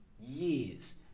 years